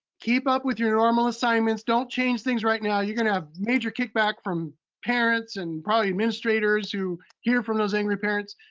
keep up with your normal assignments, don't change things right now. you're gonna have major kickback from parents and probably administrators who hear from those angry parents.